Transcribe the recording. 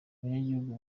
abanyagihugu